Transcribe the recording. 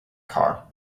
car